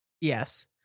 Yes